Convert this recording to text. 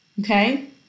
Okay